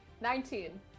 Nineteen